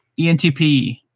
ENTP